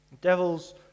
devil's